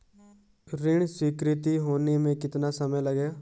ऋण स्वीकृति होने में कितना समय लगेगा?